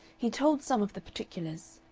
he told some of the particulars.